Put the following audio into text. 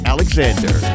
Alexander